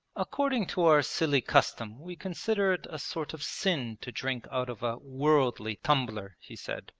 according to our silly custom we consider it a sort of sin to drink out of a worldly tumbler he said.